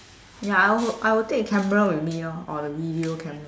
ya I also I will take camera with me lor or video camera